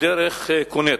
דרך קוניטרה.